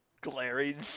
Glaring